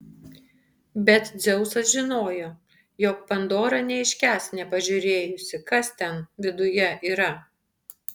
bet dzeusas žinojo jog pandora neiškęs nepažiūrėjusi kas ten viduje yra